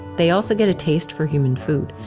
they also get a taste for human food.